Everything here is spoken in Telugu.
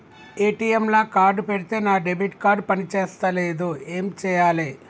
ఏ.టి.ఎమ్ లా కార్డ్ పెడితే నా డెబిట్ కార్డ్ పని చేస్తలేదు ఏం చేయాలే?